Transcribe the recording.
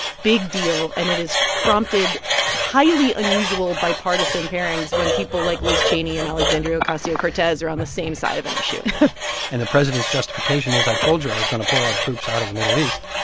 big deal, and it has prompted highly unusual bipartisan pairings when people like liz cheney and alexandria ocasio-cortez are on the same side of an issue and the president's justification is, i told you i was going to pull our troops out of the middle east.